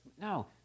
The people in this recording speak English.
No